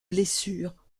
blessure